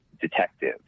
detective